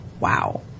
wow